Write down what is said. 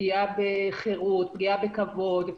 פגיעה בכבוד,